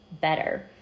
better